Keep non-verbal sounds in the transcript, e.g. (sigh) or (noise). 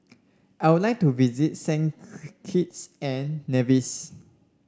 I would like to visit Saint (unintelligible) Kitts and Nevis